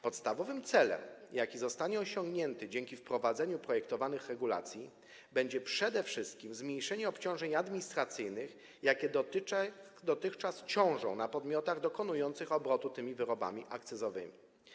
Podstawowym celem, jaki zostanie osiągnięty dzięki wprowadzeniu projektowanych regulacji, będzie przede wszystkim zmniejszenie obciążeń administracyjnych, jakie dotychczas ciążą na podmiotach dokonujących obrotu tymi wyrobami akcyzowymi.